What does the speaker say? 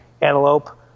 antelope